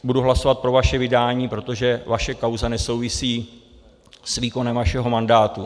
Budu hlasovat pro vaše vydání, protože vaše kauza nesouvisí s výkonem vašeho mandátu.